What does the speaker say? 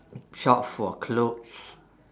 shop for clothes